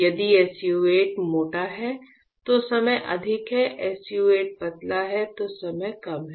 यदि SU 8 मोटा है तो समय अधिक है SU 8 पतला हैं तो समय कम है